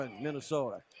Minnesota